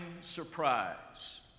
surprise